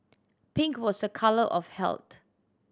pink was a colour of health